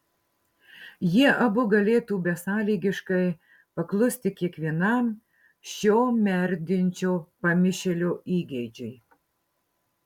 jie abu galėtų besąlygiškai paklusti kiekvienam šio merdinčio pamišėlio įgeidžiui